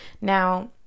Now